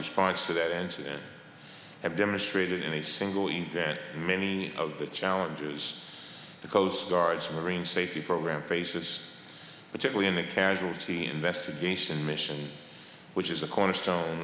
response to that and have demonstrated in a single event many of the challenges the coastguards marine safety program faces particularly in the casualty investigation mission which is the cornerstone